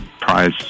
prize